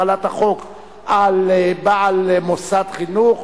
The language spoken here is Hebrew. החלת החוק על בעל מוסד חינוך),